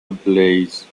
ablaze